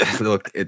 Look